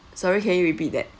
sorry can you repeat that